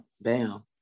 Bam